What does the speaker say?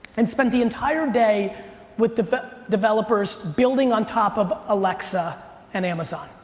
and spent the entire day with the developers building on top of alexa and amazon.